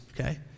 okay